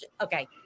okay